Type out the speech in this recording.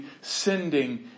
sending